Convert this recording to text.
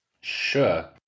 Sure